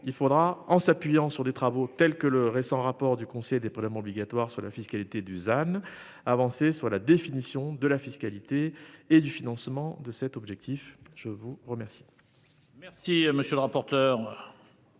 il faudra en s'appuyant sur des travaux tels que le récent rapport du Conseil des prélèvements obligatoires sur la fiscalité Dusan. Avancer sur la définition de la fiscalité et du financement de cet objectif. Je vous remercie.